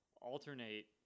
alternate